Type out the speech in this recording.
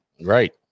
Right